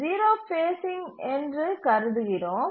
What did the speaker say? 0 facing என்று கருதுகிறோம்